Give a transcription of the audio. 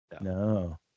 No